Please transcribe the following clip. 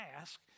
ask